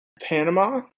Panama